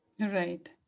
Right